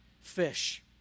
fish